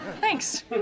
Thanks